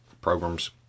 programs